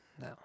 No